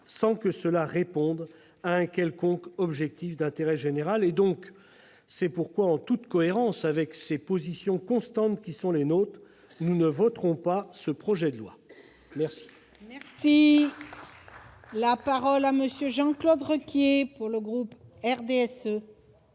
sans que cela réponde à un quelconque objectif d'intérêt général. C'est pourquoi, en toute cohérence avec les positions constantes qui sont les nôtres, nous ne voterons pas ce projet de loi. La parole est à M. Jean-Claude Requier. Madame la